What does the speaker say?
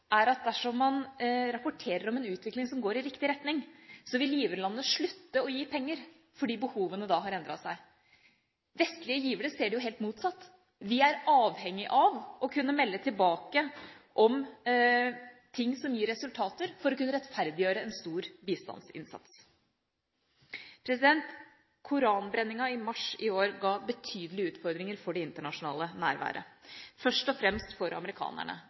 er at dersom man rapporterer om en utvikling som går i riktig retning, vil giverlandene slutte å gi penger fordi behovene da har endret seg. Vestlige givere ser det jo helt motsatt: Vi er avhengige av å kunne melde tilbake om ting som gir resultater, for å kunne rettferdiggjøre en stor bistandsinnsats. Koranbrenningen i mars i år ga betydelige utfordringer for det internasjonale nærværet, først og fremst for amerikanerne.